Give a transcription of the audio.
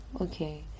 okay